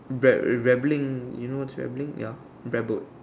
rebelling you know what's rebelling ya rebelled